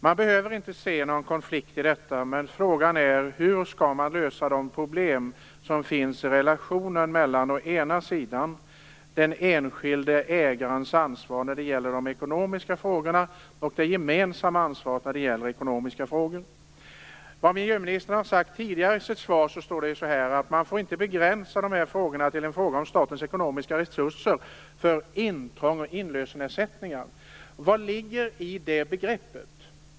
Man behöver inte se någon konflikt i detta, men frågan är hur man skall lösa de problem som finns i relationen mellan å ena sidan den enskilde ägarens ansvar när det gäller de ekonomiska frågorna och å andra sidan det gemensamma ansvaret när det gäller de ekonomiska frågorna. I miljöministerns tidigare svar står det att man inte får begränsa dessa frågor till en fråga om statens ekonomiska resurser för intrång och inlösenersättningar. Vad ligger i detta begrepp?